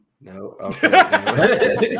No